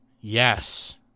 Yes